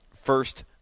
first